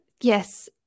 yes